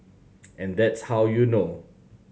and that's how you know